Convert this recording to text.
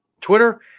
Twitter